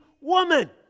woman